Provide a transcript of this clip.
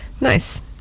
Nice